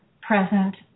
present